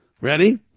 Ready